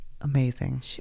amazing